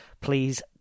please